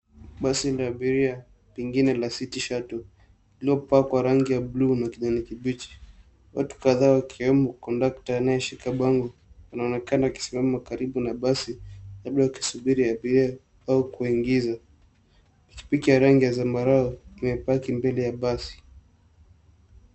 Basi la abiria pengine la City Shuttle lililopakwa rangi ya blue na kijani kibichi. Watu kadhaa wakiwemo kondakta anayeshika bango anaonekana akisimama karibu na basi labda wakisubiri abiria au kuwaingiza. Pikipiki ya rangi ya zambarau kimepaki mbele ya basi.